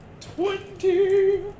Twenty-